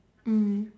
mm